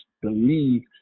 believe